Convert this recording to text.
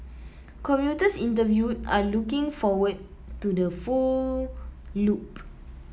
commuters interviewed are looking forward to the full loop